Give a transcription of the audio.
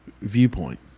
Viewpoint